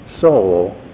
soul